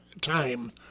time